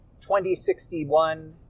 2061